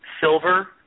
Silver